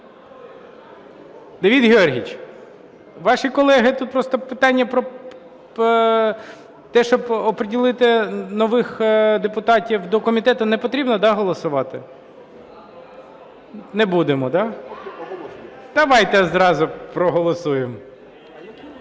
Давид Георгійович, ваші колеги… Тут просто питання про те, щоб оприділити нових депутатів до комітету. Не потрібно, да, голосувати? Не будемо, да? Давайте зразу проголосуємо.